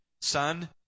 son